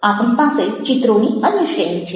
આપણી પાસે ચિત્રોની અન્ય શ્રેણી છે